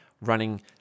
running